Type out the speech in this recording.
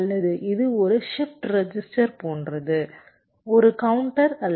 அல்லது இது ஒரு ஷிப்ட் ரெசிஸ்டர் போன்றது ஒரு கவுண்டர் அல்ல